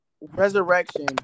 resurrection